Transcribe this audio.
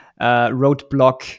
roadblock